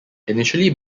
initially